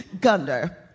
Gunder